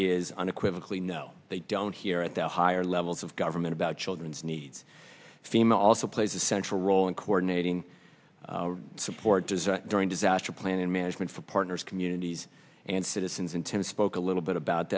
is unequivocally no they don't hear at the higher levels of government about children's needs fema also plays a central role in coordinating support does during disaster plan and management for partners communities and citizens and ten spoke a little bit about